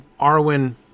Arwen